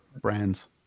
brands